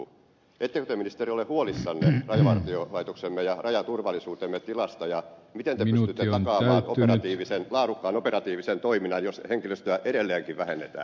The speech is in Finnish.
ettekö te ministeri ole huolissanne rajavartiolaitoksemme ja rajaturvallisuutemme tilasta ja miten te pystytte takaamaan laadukkaan operatiivisen toiminnan jos henkilöstöä edelleenkin vähennetään